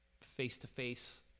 face-to-face